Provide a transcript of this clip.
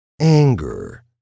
anger